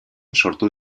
sortu